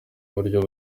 uburyo